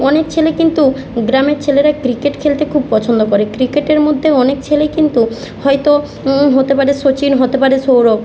অনেক ছেলে কিন্তু গ্রামের ছেলেরা ক্রিকেট খেলতে খুব পছন্দ করে ক্রিকেটের মধ্যে অনেক ছেলে কিন্তু হয়তো হতে পারে শচিন হতে পারে সৌরভ